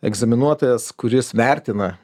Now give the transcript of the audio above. egzaminuotojas kuris vertina